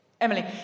Emily